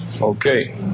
Okay